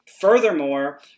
Furthermore